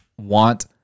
want